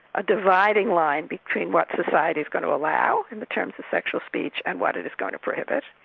a dividing line between what society's going to allow in the terms of sexual speech and what it is going to prohibit.